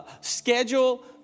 schedule